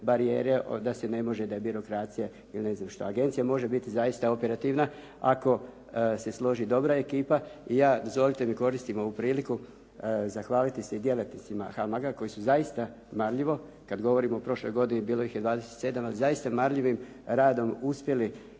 barijere da se ne može, da je birokracija ili ne znam što. Agencija može biti zaista operativna ako se složi dobra ekipa i ja, dozvolite mi, koristim ovu priliku zahvalite se i djelatnicima HAMAG-a koji su zaista marljivo, kad govorimo o prošloj godini, bilo ih je 27, ali zaista marljivim radom uspjeli